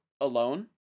alone